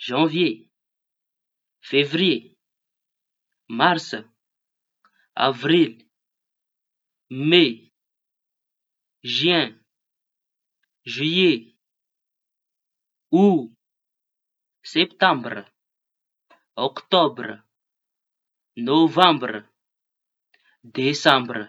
Zanvie, fevrie, marsa, avrily, mee, ziain, ziie, o, septambra, ôktôbra, novambra, desambra.